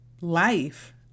life